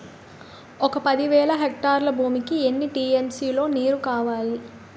ఒక పది వేల హెక్టార్ల భూమికి ఎన్ని టీ.ఎం.సీ లో నీరు కావాలి?